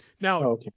Now